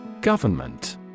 Government